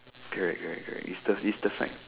correct correct correct it's the it's the fact